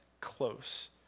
close